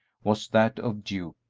was that of duke,